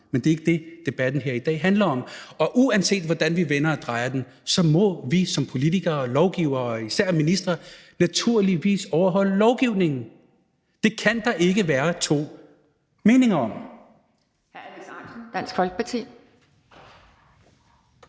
men det er ikke det, debatten her i dag handler om. Uanset hvordan vi vender og drejer det, må vi som politikere og lovgivere og især ministre naturligvis overholde lovgivningen. Det kan der ikke være to meninger om.